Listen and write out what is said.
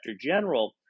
general